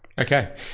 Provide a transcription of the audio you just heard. Okay